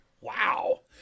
Wow